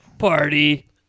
Party